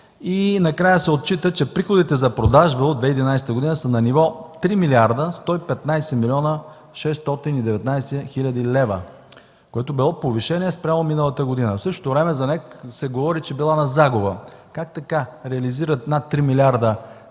и накрая се отчита, че приходите от продажба за 2011 г. са на ниво 3 млрд. 115 млн. 619 хил. лв., което е било повишение спрямо миналата година. В същото време за НЕК се говори, че била на загуба. Как така? Реализират над 3 млрд.